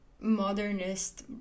modernist